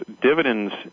dividends